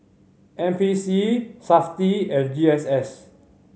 N P C Safti and G S S